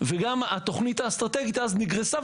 וגם התוכנית האסטרטגית אז נגרסה,